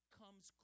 comes